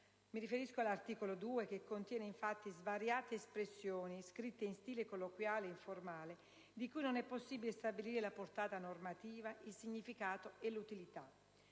Mi riferisco all'articolo 2, che contiene svariate espressioni scritte in stile colloquiale informale, di cui non è possibile stabilire la portata normativa, il significato e l'utilità.